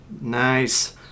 Nice